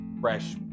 fresh